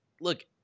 look